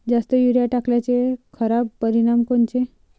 जास्त युरीया टाकल्याचे खराब परिनाम कोनचे?